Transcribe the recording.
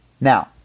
Now